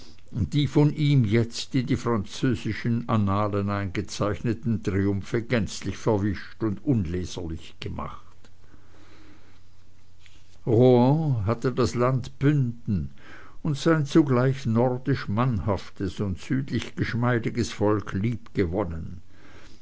die von ihm jetzt in die französischen annalen eingezeichneten triumphe gänzlich verwischt und unleserlich gemacht rohan hatte das land bünden und sein zugleich nordisch mannhaftes und südlich geschmeidiges volk